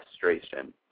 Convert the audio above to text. frustration